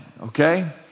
Okay